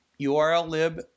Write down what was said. URL-lib